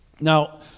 Now